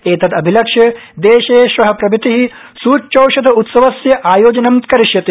एतदभिलक्ष्य देशे श्व प्रभृति सूच्यौषध उत्सवस्य आयोजन करिष्यते